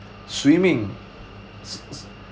swimming s~ s~